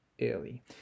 early